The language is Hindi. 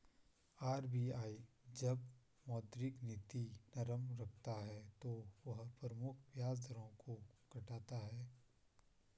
आर.बी.आई जब मौद्रिक नीति नरम रखता है तो वह प्रमुख ब्याज दरों को घटाता है